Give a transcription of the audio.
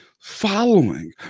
following